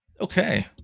Okay